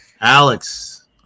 Alex